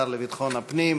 השר לביטחון הפנים,